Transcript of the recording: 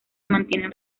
mantienen